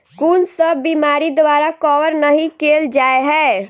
कुन सब बीमारि द्वारा कवर नहि केल जाय है?